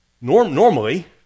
Normally